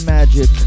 Magic